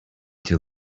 till